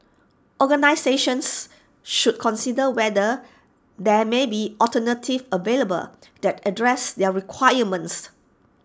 organisations should consider whether there may be alternatives available that address their requirements